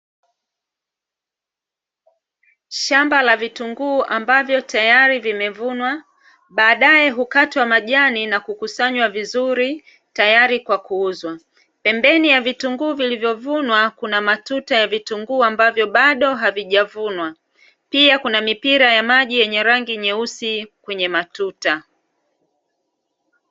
Shamba la vitunguu ambavyo tayari vimevunwa, baadae hukatwa majani na kukusanywa vizuri tayari kwa kuuzwa. Pembeni ya vitunguu vilivyovunwa, kuna matuta ya vitunguu ambavyo bado havijavunwa. Pia, kuna mipira ya maji yenye rangi nyeusi kwenye matuta.